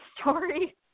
story